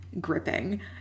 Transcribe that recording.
gripping